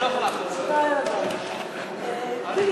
ההצעה להעביר את הצעת חוק לתיקון פקודת התעבורה (הודעה בדבר נקודות),